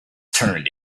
turned